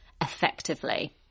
effectively